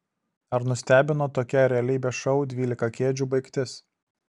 ar nustebino tokia realybės šou dvylika kėdžių baigtis